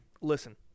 Listen